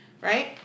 Right